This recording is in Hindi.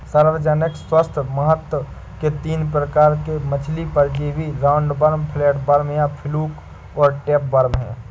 सार्वजनिक स्वास्थ्य महत्व के तीन प्रकार के मछली परजीवी राउंडवॉर्म, फ्लैटवर्म या फ्लूक और टैपवार्म है